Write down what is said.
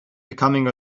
becoming